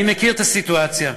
אני מכיר את הסיטואציה.